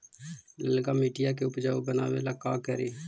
लालका मिट्टियां के उपजाऊ बनावे ला का करी?